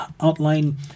outline